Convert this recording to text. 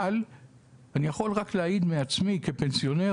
אבל אני יכול רק להעיד על עצמי כפנסיונר,